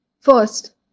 First